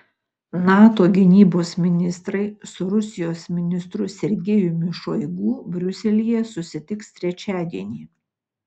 nato gynybos ministrai su rusijos ministru sergejumi šoigu briuselyje susitiks trečiadienį